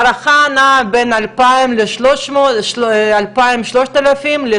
ההערכה נעה בין 3,000-2,000 ל-10,000-8,000,